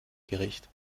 gericht